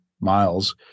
miles